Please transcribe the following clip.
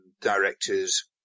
directors